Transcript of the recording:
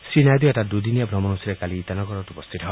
শ্ৰীনাইডু এটা দুদিনীয়া ভ্ৰমণসুচীৰে কালি ইটানগৰত উপস্থিত হয়